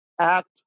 act